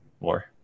more